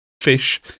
fish